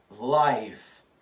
life